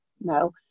no